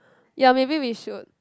ya maybe we should